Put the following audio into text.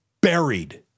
buried—